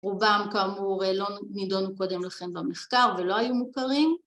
רובם כאמור לא נודעו קודם לכן במשטר ולא היו מוכרים